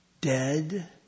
dead